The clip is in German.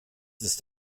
ist